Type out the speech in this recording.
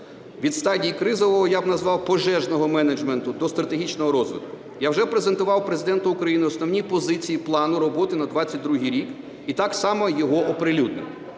від стадії кризового, я б назвав, пожежного менеджменту до стратегічного розвитку. Я вже презентував Президенту України основні позиції плану роботи на 22-й рік і так само його оприлюднив,